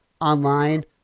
online